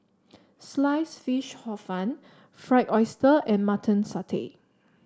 Sliced Fish Hor Fun Fried Oyster and Mutton Satay